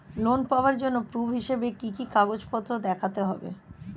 Loan পাওয়ার জন্য proof হিসেবে কি কি কাগজপত্র দেখাতে হবে?